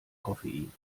koffein